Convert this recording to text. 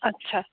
আচ্ছা